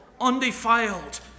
undefiled